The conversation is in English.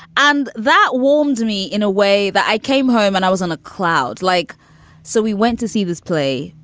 and that warmed me in a way that i came home and i was on a cloud like so we went to see this play,